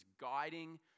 guiding